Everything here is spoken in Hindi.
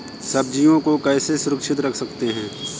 सब्जियों को कैसे सुरक्षित रख सकते हैं?